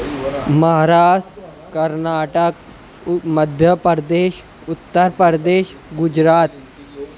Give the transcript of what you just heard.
مہراس Karnataka Madhya Pradesh Uttar Pradesh Gujarat